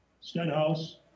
Stenhouse